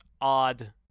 odd